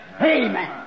Amen